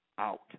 out